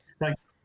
Thanks